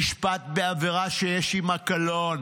נשפט בעבירה שיש עימה קלון.